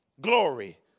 glory